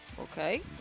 Okay